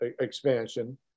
expansion